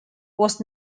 was